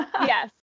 Yes